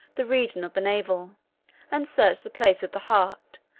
the region of the navel and search the place of the heart,